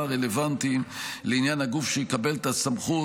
הרלוונטיים לעניין הגוף שיקבל את הסמכות,